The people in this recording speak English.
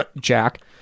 Jack